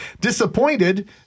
disappointed